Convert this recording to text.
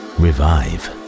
revive